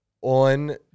on